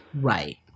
right